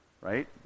right